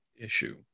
issue